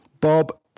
Bob